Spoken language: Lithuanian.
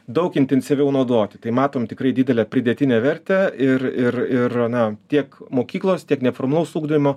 daug intensyviau naudoti tai matom tikrai didelę pridėtinę vertę ir ir ir na tiek mokyklos tiek neformalaus ugdymo